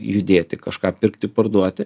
judėti kažką pirkti parduoti